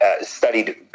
studied